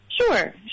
Sure